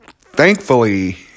thankfully